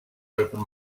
open